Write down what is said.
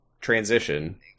transition